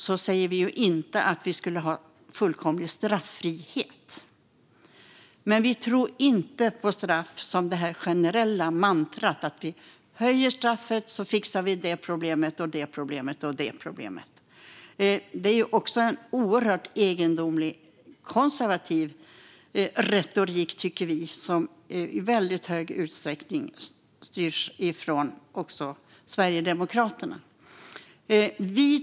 Vi säger inte att vi skulle ha fullkomlig straffrihet, men vi tror inte på straff på samma sätt som i det generella mantrat att man fixar ett visst problem bara man höjer straffet. Vi tycker att det är en oerhört egendomlig konservativ retorik som i väldigt stor utsträckning styrs från Sverigedemokraterna.